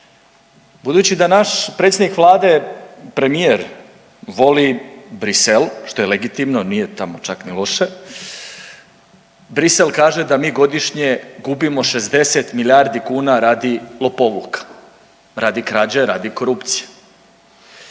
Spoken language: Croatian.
Budući da naš predsjednik Vlade premijer voli Bruxelles što je legitimno, nije tamo čak ni loše, Bruxelles kaže da mi godišnje gubimo 60 milijardi kuna radi lopovluka, radi krađe, radi korupcije,